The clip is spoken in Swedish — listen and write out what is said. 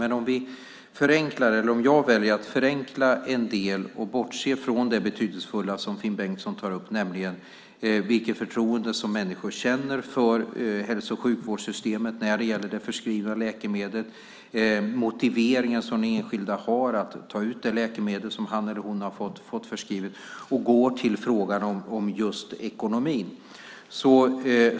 Jag väljer dock att förenkla en del och bortse från det betydelsefulla som Finn Bengtsson tar upp, nämligen vilket förtroende människor känner för hälso och sjukvårdssystemet när det gäller förskrivna läkemedel och motivationen den enskilde har att ta ut det läkemedel som han eller hon har fått förskrivet, och gå till frågan om just ekonomin.